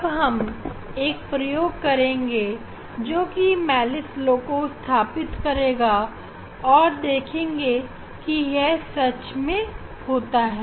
अब हम एक प्रयोग करेंगे जोकि इस मेलस लॉ को स्थापित करेगा और देखेंगे क्या यह सच में होता है